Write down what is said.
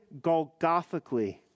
Golgothically